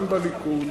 גם בליכוד